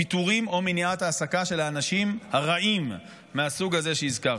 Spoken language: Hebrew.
פיטורים או מניעת העסקה של האנשים הרעים מהסוג הזה שהזכרתי,